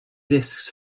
disks